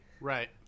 Right